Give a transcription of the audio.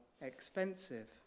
expensive